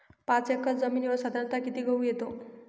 पाच एकर जमिनीवर साधारणत: किती गहू येतो?